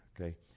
Okay